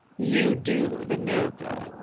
you do the nobler.